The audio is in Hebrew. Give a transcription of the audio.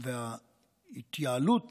ההתייעלות